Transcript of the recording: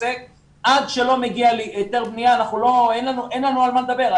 עד שלא מגיע לי היתר בניה אין לנו על מה לדבר.